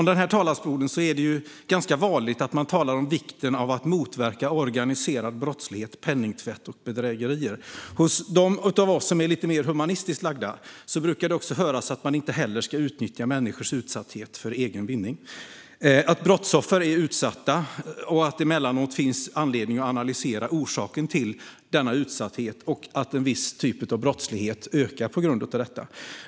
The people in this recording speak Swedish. I denna talarstol är det ganska vanligt att tala om vikten av att motverka organiserad brottslighet, penningtvätt och bedrägerier. De av oss som är lite mer humanistiskt lagda brukar också säga att man inte ska utnyttja människors utsatthet för egen vinning, att brottsoffer är utsatta, att det emellanåt finns anledning att analysera orsaken till denna utsatthet och att en viss typ av brottslighet ökar på grund av detta.